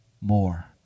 More